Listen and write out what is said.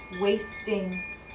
wasting